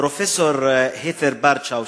פרופסור הת'ר ברדשאו,